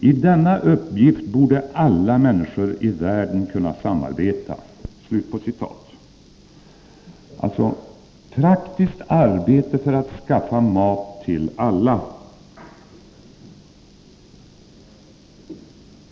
I denna uppgift borde alla människor i världen kunna samarbeta.” Alltså: Praktiskt arbete för att skaffa mat till alla!